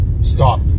Stop